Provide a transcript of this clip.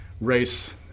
race